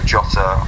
Jota